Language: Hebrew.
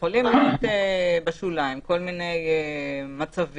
יכולים להיות בשוליים כל מיני מצבים,